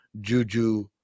Juju